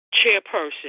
Chairperson